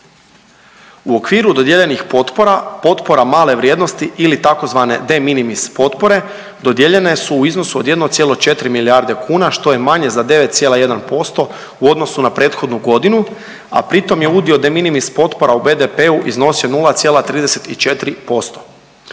U okviru dodijeljenih potpora, potpore male vrijednosti ili tzv. de minimis potpore dodijeljene su u iznosu od 1,4 milijarde kuna što je manje za 9,1% u odnosu na prethodnu godinu, a pri tom je udio de minimis potpora u BDP-u iznosio 0,34%.